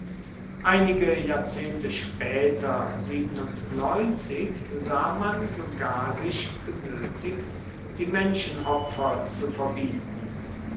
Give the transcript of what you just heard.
einige jahrzehnte später sah man sogar sich genötigt die menschenopfer zu verbieten